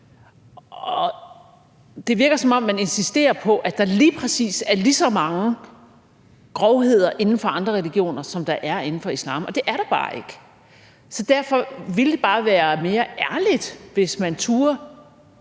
Det virker, som om man insisterer på, at der lige præcis er lige så mange grovheder inden for andre religioner, som der er inden for islam, og det er der bare ikke. Derfor ville det bare være mere ærligt, hvis man turde